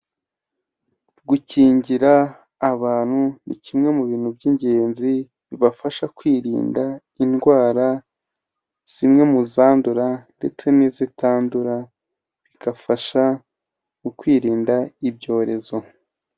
Gukingira abantu ni kimwe mu bintu by'ingenzi bibafasha kwirinda indwara zimwe mu zandura ndetse n'izitandura, bigafasha mu kwirinda ibyorezo.